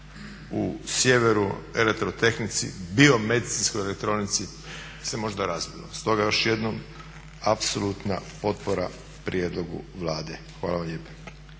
u sjeveru elektrotehnici, biomedicinskoj elektronici se možda razvilo. Stoga još jednom apsolutna potpora prijedlogu Vlade. Hvala vam lijepa.